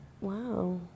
wow